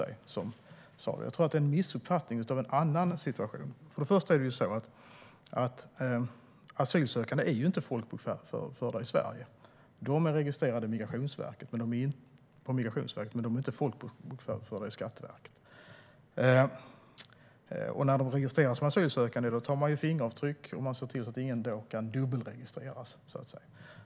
Jag tror att det är en missuppfattning av en annan situation. Asylsökande är inte folkbokförda i Sverige. De är registrerade hos Migrationsverket, men de är inte folkbokförda hos Skatteverket. När de registreras som asylsökande tar man fingeravtryck och ser till att ingen kan dubbelregistreras.